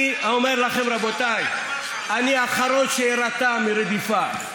אני אומר לכם, רבותיי, אני האחרון שאירתע מרדיפה.